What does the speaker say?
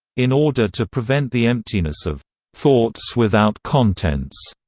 in order to prevent the emptiness of thoughts without contents,